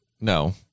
No